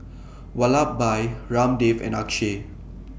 Vallabhbhai Ramdev and Akshay